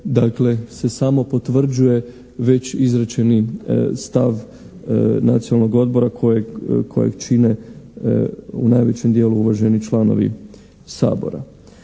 dakle se samo potvrđuje već izrečeni stav Nacionalnog odbora kojeg, kojeg čine u najvećem dijelu uvaženi članovi Sabora.